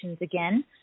again